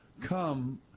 come